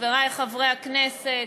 חברי חברי הכנסת,